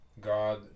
God